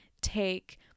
take